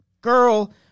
girl